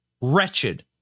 wretched